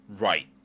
Right